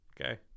Okay